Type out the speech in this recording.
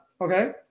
Okay